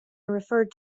referred